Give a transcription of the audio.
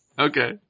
Okay